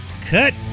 cut